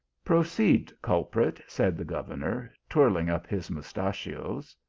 proceed, culprit, said the governor, twirling up his mustachios.